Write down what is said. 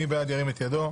מי בעד ירים את ידו.